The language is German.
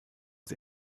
sie